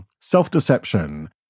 Self-deception